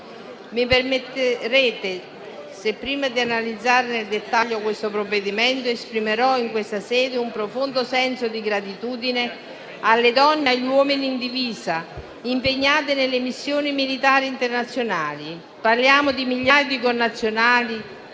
Mi permetterete se, prima di analizzare nel dettaglio questo provvedimento, esprimerò in questa sede un profondo senso di gratitudine alle donne e agli uomini in divisa impegnati nelle missioni militari internazionali: parliamo di migliaia di connazionali